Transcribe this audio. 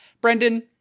Brendan